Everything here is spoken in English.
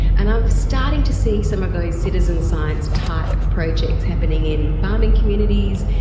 and i'm starting to see some of those citizen science type projects happening in farming communities,